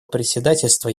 председательства